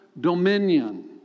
dominion